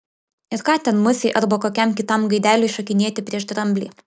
ir ką ten musei arba kokiam kitam gaideliui šokinėti prieš dramblį